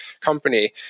company